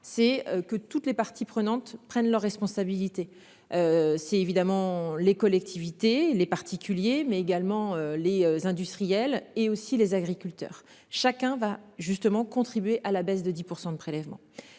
sait que toutes les parties prenantes prennent leurs responsabilités. C'est évidemment les collectivités, les particuliers, mais également les industriels et aussi les agriculteurs, chacun va justement contribué à la baisse de 10% de prélèvements.